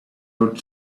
old